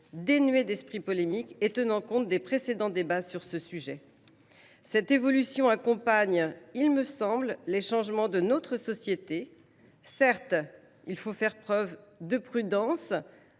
dénué d’esprit polémique et tenant compte des précédents débats sur le sujet. Cette évolution accompagne, me semble t il, les changements de notre société. Certes, il faut faire preuve de prudence